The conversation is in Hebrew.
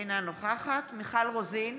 אינה נוכחת מיכל רוזין,